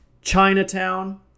Chinatown